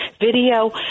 video